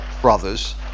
brothers